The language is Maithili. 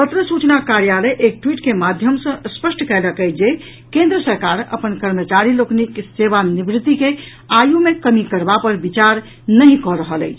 पत्र सूचना कार्यालय एक ट्वीट के माध्यम सँ स्पष्ट कयलक अछि जे केन्द्र सरकार अपन कर्मचारी लोकनिक सेवा निवृति के आयु मे कमी करबा पर विचार नहि कऽ रहल अछि